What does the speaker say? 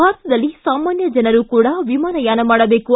ಭಾರತದಲ್ಲಿ ಸಾಮಾನ್ಯ ಜನರೂ ವಿಮಾನಯಾನ ಮಾಡಬೇಕು